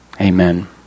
Amen